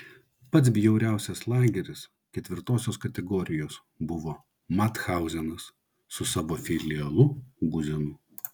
pats bjauriausias lageris ketvirtosios kategorijos buvo mathauzenas su savo filialu guzenu